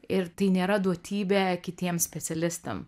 ir tai nėra duotybė kitiems specialistam